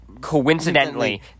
coincidentally